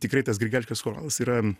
tikrai tas grigališkas choralas yra